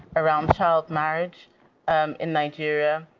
around child marriage um in nigeria,